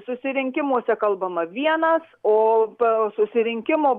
susirinkimuose kalbama vienas o p susirinkimo